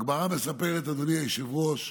הגמרא מספרת, אדוני היושב-ראש,